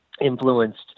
influenced